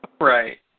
Right